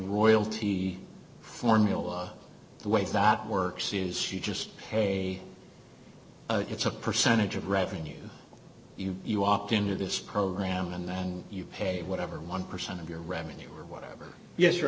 royalty formula the way that works is she just say it's a percentage of revenue you opt into this program and then you pay whatever one percent of your revenue or whatever yes your